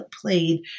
played